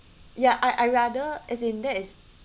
ya I I rather as in that is